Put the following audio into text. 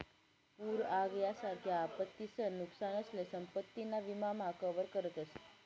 पूर आग यासारख्या आपत्तीसन नुकसानसले संपत्ती ना विमा मा कवर करतस